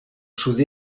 sud